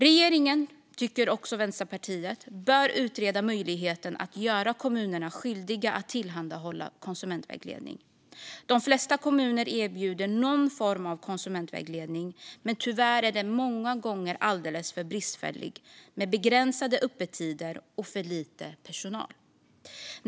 Regeringen, tycker också Vänsterpartiet, bör utreda möjligheten att göra kommunerna skyldiga att tillhandahålla konsumentvägledning. De flesta kommuner erbjuder någon form av konsumentvägledning, men tyvärr är den många gånger alldeles för bristfällig med begränsade öppettider och för lite personal.